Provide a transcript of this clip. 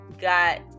got